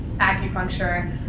Acupuncture